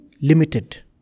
limited